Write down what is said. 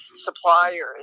suppliers